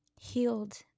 healed